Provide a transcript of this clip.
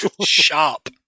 Sharp